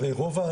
הרי רוב,